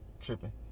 tripping